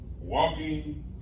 walking